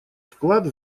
вклад